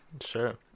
Sure